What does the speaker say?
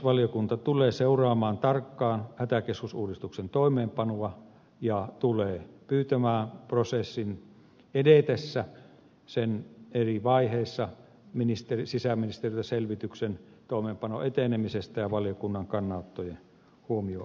valiokunta tulee seuraamaan tarkkaan hätäkeskusuudistuksen toimeenpanoa ja tulee pyytämään prosessin edetessä sen eri vaiheissa sisäministeriöltä selvityksen toimeenpanon etenemisestä ja valiokunnan kannanottojen huomioon